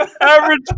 Average